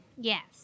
Yes